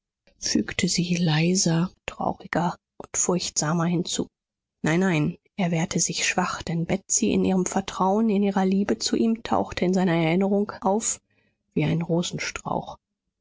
fügte sie leiser trauriger und furchtsamer hinzu nein nein er wehrte sich schwach denn betsy in ihrem vertrauen in ihrer liebe zu ihm tauchte in seiner erinnerung auf wie ein